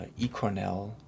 eCornell